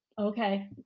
Okay